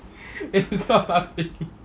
eh stop laughing